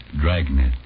Dragnet